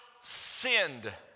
sinned